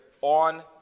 on